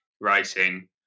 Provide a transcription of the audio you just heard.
writing